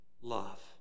love